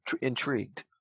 intrigued